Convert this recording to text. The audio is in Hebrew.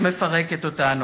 שמפרקת אותנו.